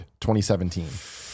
2017